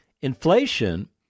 Inflation